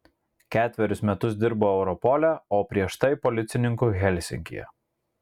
ketverius metus dirbo europole o prieš tai policininku helsinkyje